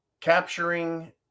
Capturing